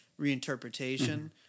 reinterpretation